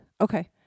okay